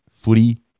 footy